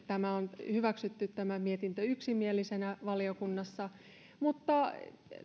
tämä mietintö on hyväksytty yksimielisenä valiokunnassa mutta